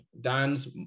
dan's